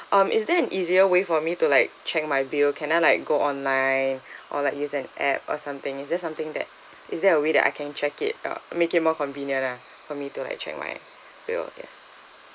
um is there an easier way for me to like check my bill can I like go online or like use an app or something is there something that is there a way that I can check it uh make it more convenient ah for me to like check my bill yes